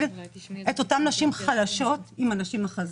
את אותן נשים חלשות עם הנשים החזקות.